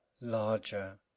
larger